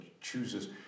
chooses